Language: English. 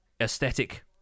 aesthetic